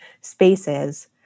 spaces